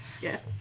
Yes